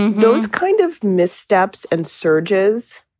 those kind of missteps and surges.